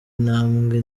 intambwe